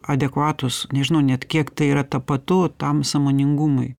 adekvatūs nežinau net kiek tai yra tapatu tam sąmoningumui